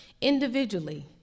individually